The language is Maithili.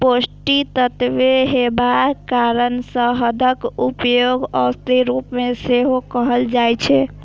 पौष्टिक तत्व हेबाक कारण शहदक उपयोग औषधिक रूप मे सेहो कैल जाइ छै